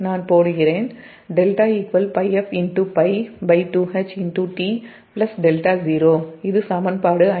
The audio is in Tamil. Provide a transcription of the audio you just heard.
நான் போடுகிறேன் இது சமன்பாடு 51